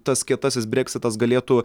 tas kietasis breksitas galėtų